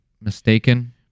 mistaken